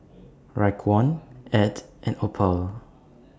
Raekwon Ed and Opal